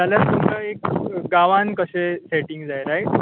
जाल्यार तुका एक गांवान कशे सॅटींग जाय रायट